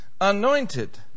anointed